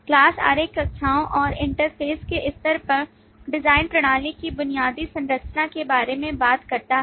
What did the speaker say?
class आरेख कक्षाओं और इंटरफेस के स्तर पर डिजाइन प्रणाली की बुनियादी संरचना के बारे में बात करता है